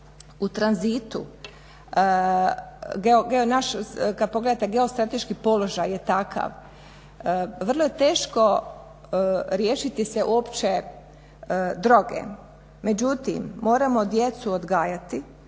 u tranzitu, kada pogledate geostrateški položaj je takav, vrlo je teško riješiti se opće droge. Međutim moramo djecu odgajati